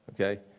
Okay